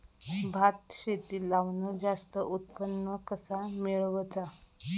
भात शेती लावण जास्त उत्पन्न कसा मेळवचा?